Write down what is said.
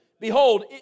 Behold